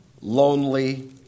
lonely